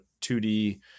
2D